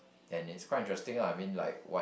and it's quite interesting lah I mean like what